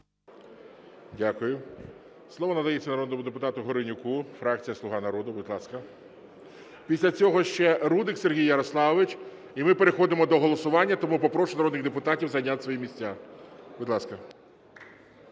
Дякую. Слово надається народному депутату Горенюку, фракція "Слуга народу". Будь ласка. Після цього ще Рудик Сергій Ярославович, і ми переходимо до голосування, тому попрошу народних депутатів зайняти свої місця. Будь ласка.